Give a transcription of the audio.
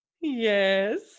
Yes